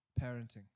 parenting